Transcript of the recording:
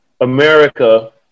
America